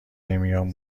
نمیام